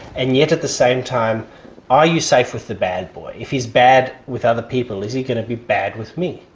and yet at the same time are you safe with the bad boy? if he's bad with other people, is he going to be bad with me?